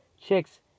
chicks